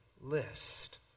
list